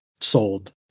sold